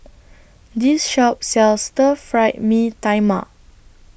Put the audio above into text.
This Shop sells Stir Fried Mee Tai Mak